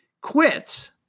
quits